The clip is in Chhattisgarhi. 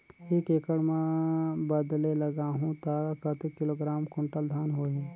एक एकड़ मां बदले लगाहु ता कतेक किलोग्राम कुंटल धान होही?